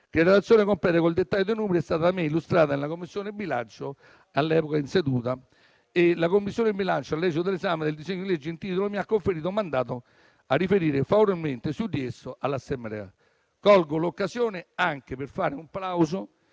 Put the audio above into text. la relazione completa con il dettaglio dei numeri è stata da me illustrata nella Commissione bilancio che, all'esito dell'esame del disegno di legge il titolo, mi ha conferito mandato a riferire favorevolmente su di esso all'Assemblea. Colgo l'occasione anche per fare un plauso,